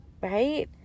right